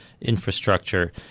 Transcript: infrastructure